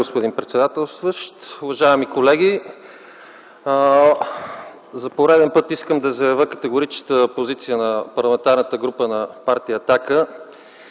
господин председателстващ. Уважаеми колеги, за пореден път искам да заявя категоричната позиция на Парламентарната група на партия